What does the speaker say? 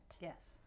Yes